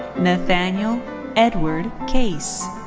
nathaniel edward case.